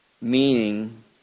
meaning